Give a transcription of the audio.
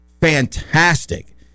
fantastic